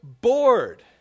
bored